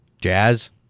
Jazz